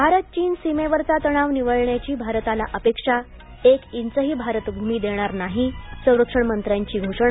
भारत चीन सीमेवरचा तणाव निवळण्याची भारताला अपेक्षा एक इंचही भारतभूमी देणार नाही संरक्षण मंत्र्यांची घोषणा